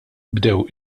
bdew